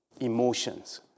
emotions